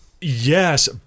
Yes